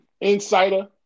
Insider